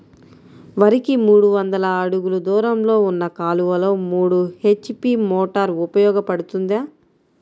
వరికి మూడు వందల అడుగులు దూరంలో ఉన్న కాలువలో మూడు హెచ్.పీ మోటార్ ఉపయోగపడుతుందా?